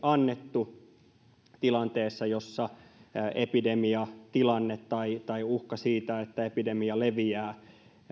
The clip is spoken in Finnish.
annettu tilanteessa jossa epidemiatilanne tai tai uhka siitä että epidemia leviää